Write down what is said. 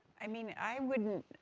i mean, i wouldn't,